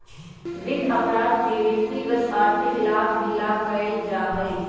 वित्त अपराध के व्यक्तिगत आर्थिक लाभ ही ला कइल जा हई